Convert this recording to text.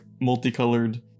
multicolored